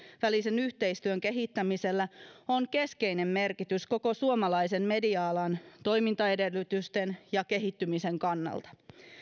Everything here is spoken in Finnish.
välisen yhteistyön kehittämisellä on keskeinen merkitys koko suomalaisen media alan toimintaedellytysten ja kehittymisen kannalta